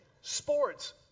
Sports